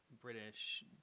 British